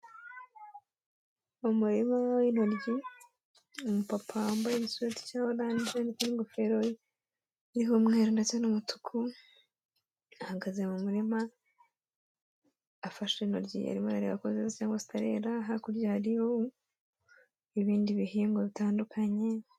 Umurima w'intoryi, umupapa wambaye igisarubeti cya oranje n'ingofero iriho umweru ndetse n'umutuku, ahagaze mu murima afashe intoryi arimo areba ko zeze cyangwa zitarera, hakurya hariyo ibindi bihingwa bitandukanye.